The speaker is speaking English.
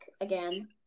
again